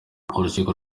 urukiko